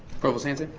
provost hanson?